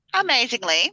amazingly